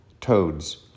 toads